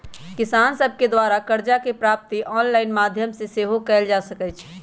किसान सभके द्वारा करजा के प्राप्ति ऑनलाइन माध्यमो से सेहो कएल जा सकइ छै